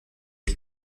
ich